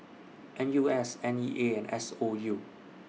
N U S N E A and S O U